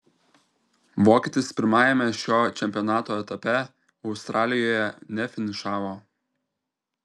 vokietis pirmajame šio čempionato etape australijoje nefinišavo